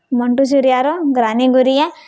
ମଣ୍ଟୁ ଛୁରିଆର ରାନୀ ଗୁରି ଏ